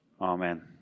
Amen